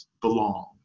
belong